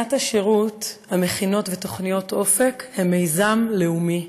שנת השירות, המכינות ותוכניות אופק הן מיזם לאומי,